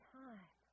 time